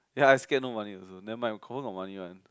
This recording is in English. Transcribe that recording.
ya I scared no money also nevermind confirm got money one